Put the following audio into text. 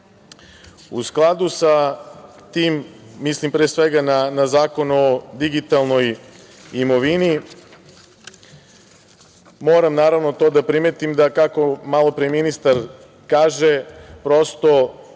skladu sa tim, mislim pre svega na Zakon o digitalnoj imovini, moram naravno to da primetim da kako malopre ministar kaže, prosto